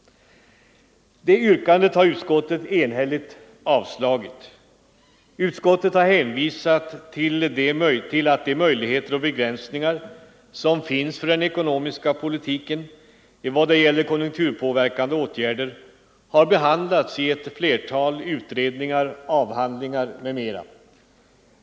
Det förslaget har utskottet enhälligt avstyrkt. Utskottet har hänvisat till att de möjligheter och begränsningar som finns för den ekonomiska politiken i vad det gäller konjunkturpåverkande åtgärder har behandlats i ett flertal utredningar, avhandlingar m.m.